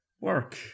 work